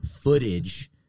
footage